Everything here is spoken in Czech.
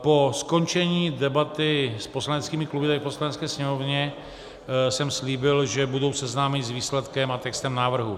Po skončení debaty s poslaneckými kluby v Poslanecké sněmovně jsem slíbil, že budu seznámeni s výsledkem a textem návrhu.